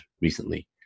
recently